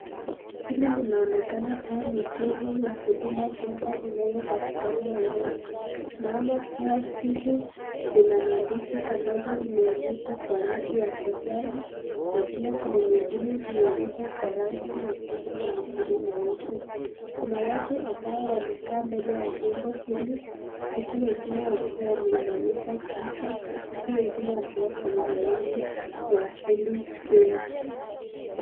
Hili linaonekana kuwa ni jengo la Huduma Centre inayopatikana Nairobi, tunaona kuwa hili lina maandishi ambazo zimeandikwa kwa rangi ya kijani na pia kuna nyingine imeandikwa kwa rangi nyekundu na nyingine nyeusi. Kuna watu ambao wamekaa mbele ya jengo hili, uku wengine wakiwa wameinamisha kichwa, uku wengine wakiwa kwenye laini ya hili jengo.